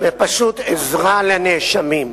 פשוט עזרה לנאשמים.